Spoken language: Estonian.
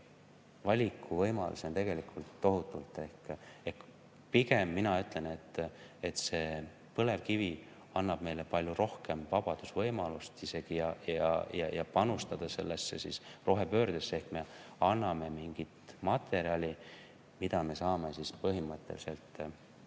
valikuvõimalusi on tegelikult tohutult. Pigem mina ütlen seda, et põlevkivi annab meile palju rohkem vabadust ja võimalust isegi panustada rohepöördesse. Ehk me anname mingit materjali, mida me saame põhimõtteliselt kas